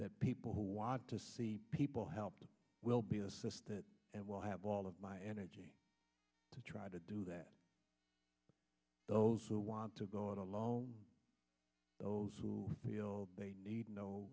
that people who want to see people help will be assisted and will have all of my energy to try to do that those who want to go it alone and those who feel they need no